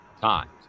times